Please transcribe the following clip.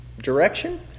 direction